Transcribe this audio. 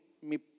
mi